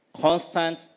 constant